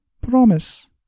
Promise